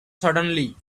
suddenly